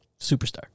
Superstar